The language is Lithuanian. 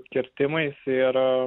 kirtimais ir